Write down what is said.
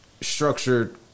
structured